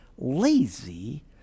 lazy